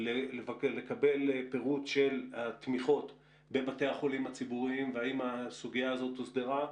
לקבל פירוט של התמיכות בבתי החולים הציבוריים והאם הסוגיה הזאת הוסדרה.